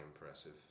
impressive